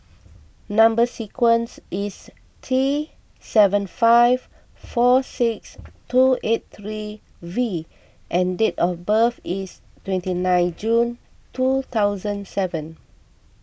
Number Sequence is T seven five four six two eight three V and date of birth is twenty nine June two thousand seven